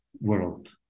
world